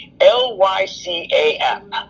l-y-c-a-m